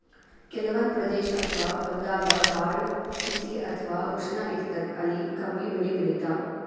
ಕೆಲವಂದ್ ಪ್ರದೇಶ್ ಅಥವಾ ಹೊಲ್ದಾಗ ಭಾಳ್ ಬಿಸಿ ಅಥವಾ ಉಷ್ಣ ಇರ್ತದ್ ಅಲ್ಲಿ ಕಮ್ಮಿ ಬೆಳಿ ಬೆಳಿತಾವ್